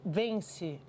vence